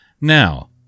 Now